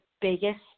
biggest